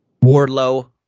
Wardlow